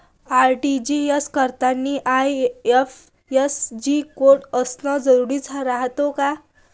RTGS करतांनी IFSC code असन जरुरी रायते का?